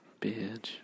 Bitch